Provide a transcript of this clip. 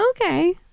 Okay